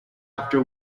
after